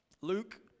Luke